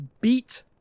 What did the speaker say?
beat